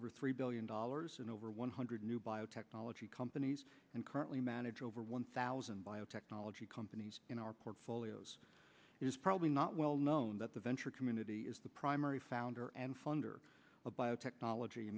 over three billion dollars and over one hundred new biotechnology companies and currently manage over one thousand biotechnology companies in our portfolios is probably not well known that the venture community is the primary founder and funder of biotechnology